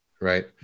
right